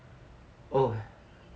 oh